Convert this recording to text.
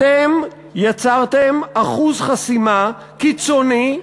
אתם יצרתם אחוז חסימה קיצוני,